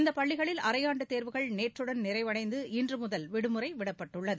இந்தப் பள்ளிகளில் அரையாண்டு தேர்வுகள் நேற்றுடன் நிறைவடைந்து இன்றுமுதல் விடுமுறை விடப்பட்டுள்ளது